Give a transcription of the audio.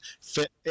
fit